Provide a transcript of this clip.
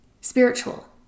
spiritual